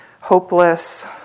hopeless